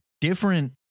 different